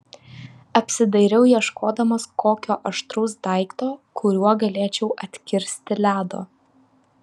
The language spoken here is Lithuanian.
apsidairiau ieškodamas kokio aštraus daikto kuriuo galėčiau atkirsti ledo